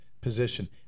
position